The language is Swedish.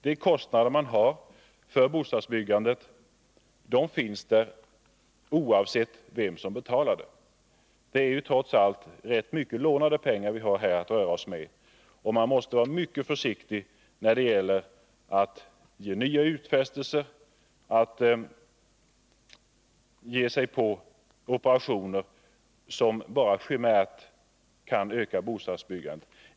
De kostnader man har för bostadsbyggandet finns där oavsett vem som betalar. Det är ju trots allt rätt mycket lånade pengar vi här har att röra oss med, och man måste vara mycket försiktig när det gäller att ge nya utfästelser, att ge sig på operationer som bara chimärt kan öka bostadsbyggandet.